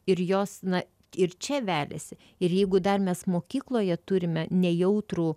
ir jos na ir čia veliasi ir jeigu dar mes mokykloje turime nejautrų